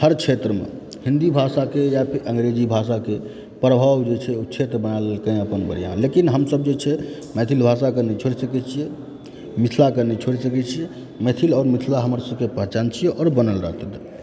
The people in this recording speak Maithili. हर क्षेत्रमे हिन्दी भाषाके या फेर अंग्रेजी भाषाके प्रभाव जे छै ओ क्षेत्र बना लेलकै अपन बढ़िआँ लेकिन हमसब जे छै मैथिल भाषाके नहि छोड़ि सकै छियै मिथिलाके नहि छोड़ि सकै छी मैथिल आओर मिथिला हमरसबके पहिचान छी आओर बनल रहतै